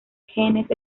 genes